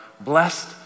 blessed